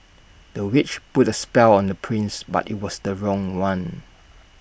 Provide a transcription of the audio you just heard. the witch put A spell on the prince but IT was the wrong one